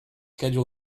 schedule